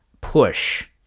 push